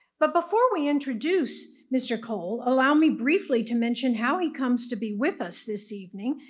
but before we introduce mr. cole, allow me briefly to mention how he comes to be with us this evening,